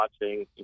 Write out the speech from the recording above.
watching